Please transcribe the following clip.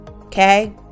Okay